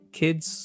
kids